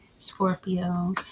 Scorpio